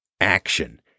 action